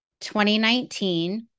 2019